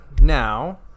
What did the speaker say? now